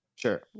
Sure